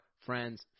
friends